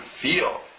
feel